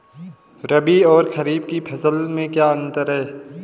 रबी और खरीफ की फसल में क्या अंतर है?